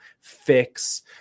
fix